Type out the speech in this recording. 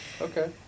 Okay